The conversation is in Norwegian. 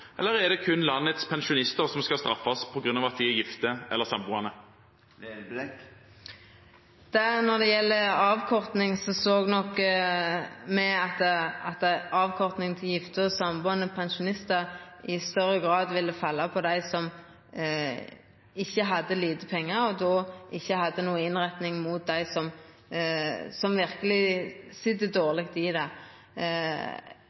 er det kun landets pensjonister som skal straffes på grunn av at de er gifte eller samboende? Når det gjeld avkorting, såg nok me at avkorting for gifte og sambuande pensjonistar i større grad ville falla på dei som ikkje hadde lite pengar, og då ikkje hadde noka innretting mot dei som verkeleg sit